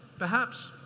perhaps.